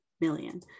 million